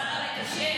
השר המקשר.